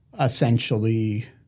essentially